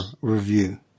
review